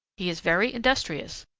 he is very industrious.